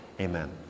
Amen